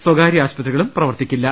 സ്വകാര്യ ആശു പത്രികളും പ്രവർത്തിക്കില്ല